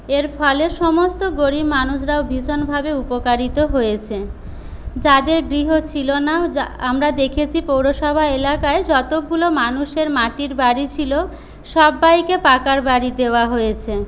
এর ফলে সমস্ত গরিব মানুষরা ভীষণভাবে উপকারিত হয়েছে যাদের গৃহ ছিল না আমরা দেখেছি পৌরসভা এলাকায় যতগুলো মানুষের মাটির বাড়ি ছিলো সবাইকে পাকা বাড়ি দেওয়া হয়েছে